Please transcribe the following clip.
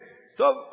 טוב,